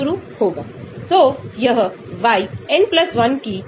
तो हमने इलेक्ट्रॉनिक प्रभावों पर ध्यान दिया जिसे स्थिर को सिग्मा कहा जाता है